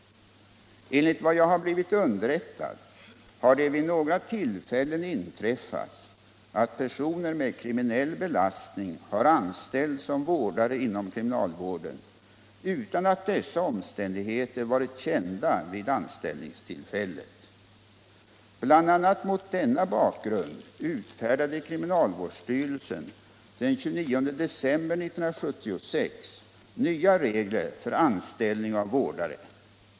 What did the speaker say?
Enligt vad jag har blivit underrättad om har det vid några tillfällen inträffat att personer med kriminell belastning har anställts som vårdare inom kriminalvården utan att dessa omständigheter varit kända vid anställningstillfället. Bl. a. mot denna bakgrund utfärdade kriminalvårdsstyrelsen den 29 december 1976 nya regler för anställning av vårdare.